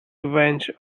revenge